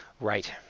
Right